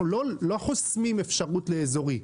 אנחנו לא חוסמים אפשרות לאזורי.